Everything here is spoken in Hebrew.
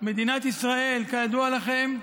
מדינת ישראל, כידוע לכם,